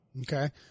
Okay